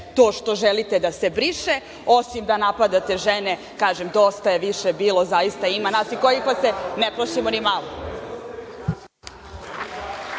to što želite da se briše, osim da napadate žene. Kažem, dosta je više bilo zaista. Ima nas kojih se ne plašimo ni